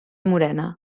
morena